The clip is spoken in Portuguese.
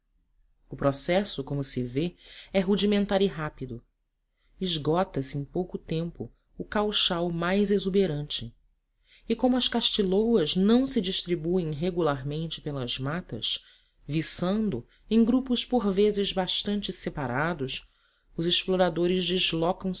o processo como se vê é rudimentar e rápido esgota se em pouco tempo o cauchal mais exuberante e como as